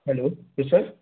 hello जी sir